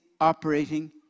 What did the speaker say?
operating